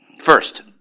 first